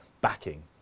backing